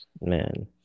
Man